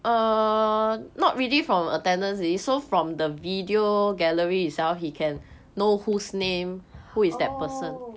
oh